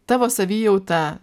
tavo savijauta